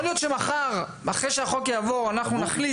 יכול להיות שמחר אחרי שהחוק יעבור אנחנו נחליט,